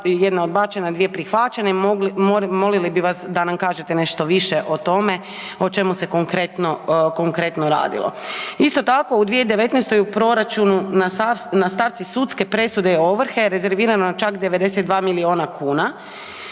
jedna odbačena, dvije prihvaćene i molili bi vas da nam kažete nešto više o tome o čemu se konkretno radilo. Isto tako u 2019. u proračunu na stavci sudske presude i ovrhe rezervirano je čak 92 milijuna kuna.